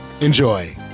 Enjoy